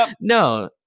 No